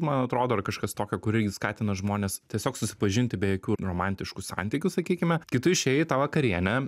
man atrodo ar kažkas tokio kur irgi skatina žmones tiesiog susipažinti be jokių romantiškų santykių sakykime kai tu išėjai į tą vakarienę